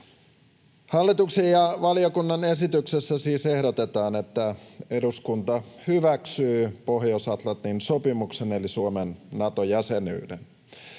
Hallituksen ja valiokunnan esityksessä siis ehdotetaan, että eduskunta hyväksyy Pohjois-Atlantin sopimuksen eli Suomen Nato-jäsenyyden.